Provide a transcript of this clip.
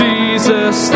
Jesus